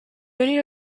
union